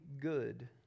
good